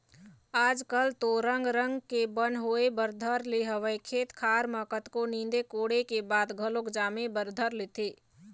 आज कल तो रंग रंग के बन होय बर धर ले हवय खेत खार म कतको नींदे कोड़े के बाद घलोक जामे बर धर लेथे